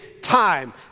time